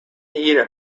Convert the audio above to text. eat